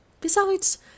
Besides